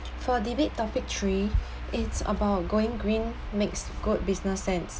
for debate topic tree it's about going green makes good business sense